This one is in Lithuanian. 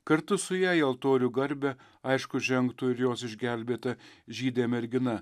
kartu su ja į altorių garbę aišku žengtų ir jos išgelbėta žydė mergina